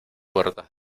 puertas